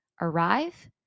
arrive